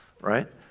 right